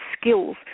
skills